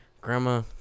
Grandma